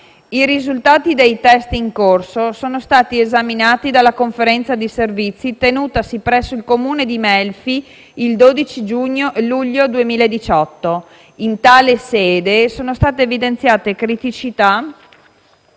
I risultati dei *test* in corso sono stati esaminati dalla Conferenza di servizi tenutasi presso il Comune di Melfi il 12 luglio 2018. In tale sede, sono state evidenziate criticità